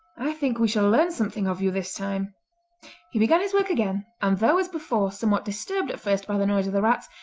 i think we shall learn something of you this time he began his work again, and though as before somewhat disturbed at first by the noise of the rats,